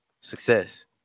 success